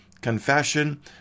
Confession